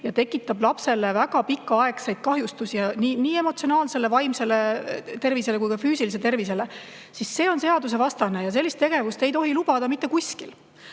ja tekitab lapsele väga pikaaegseid kahjustusi, nii tema emotsionaalsele, vaimsele tervisele kui ka füüsilisele tervisele, siis see on seadusvastane ja sellist tegevust ei tohi lubada mitte kuskil.